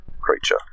creature